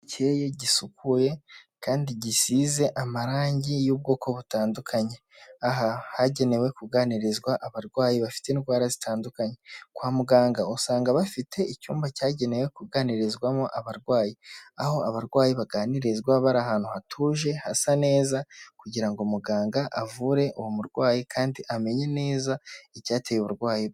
Gikeye, gisukuye kandi gisize amarangi y'ubwoko butandukanye, aha hagenewe kuganirizwa abarwayi bafite indwara zitandukanye, kwa muganga usanga bafite icyumba cyagenewe kuganirizwamo abarwayi, aho abarwayi baganirizwa bari ahantu hatuje hasa neza kugira ngo muganga avure uwo murwayi kandi amenye neza icyateye uburwayi bwe.